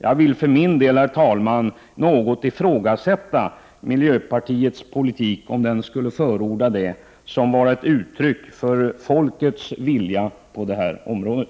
Jag vill för min del, herr talman, något ifrågasätta att miljöpartiets politik — om den nu skulle innebära vad jag nyss nämnde — är ett uttryck för folkets vilja på det här området.